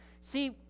See